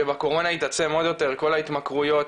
שבקורונה התעצם עוד יותר, כל ההתמכרויות,